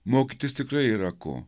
mokytis tikrai yra ko